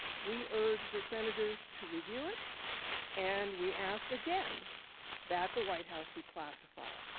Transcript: we urged the senators to review it and we ask again that the white house declassify it.